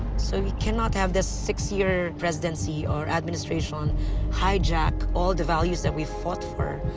so we cannot have this six-year presidency or administration hijack all the values that we fought for,